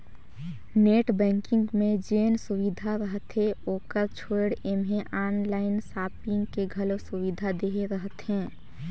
net banking मे जेन सुबिधा रहथे ओकर छोयड़ ऐम्हें आनलाइन सापिंग के घलो सुविधा देहे रहथें